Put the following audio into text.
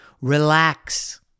Relax